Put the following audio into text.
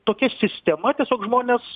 tokia sistema tiesiog žmonės